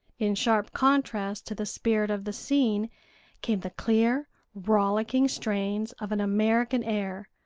in sharp contrast to the spirit of the scene came the clear, rollicking strains of an american air,